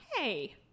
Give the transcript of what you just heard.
Hey